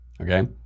Okay